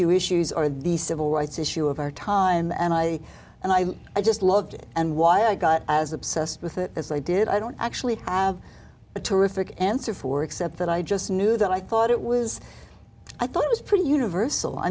q issues are the civil rights issue of our time and i and i i just loved it and why i got as obsessed with it as they did i don't actually i have a terrific answer for except that i just knew that i thought it was i thought it was pretty universal i